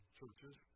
churches